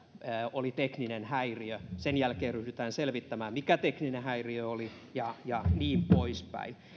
oli tekninen häiriö ja sen jälkeen ryhdytään selvittämään mikä tekninen häiriö oli ja ja niin poispäin